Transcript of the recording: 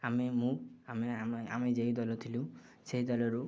ଆମେ ମୁଁ ଆମେ ଆମେ ଆମେ ଯେେଇ ଦଲ ଥିଲୁ ସେଇ ଦଲରୁ